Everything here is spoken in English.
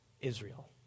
Israel